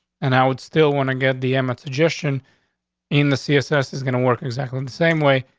and i would still want to get the m. a suggestion in the css is gonna work exactly and the same way.